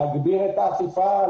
להגביר את האכיפה,